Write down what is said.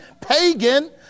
pagan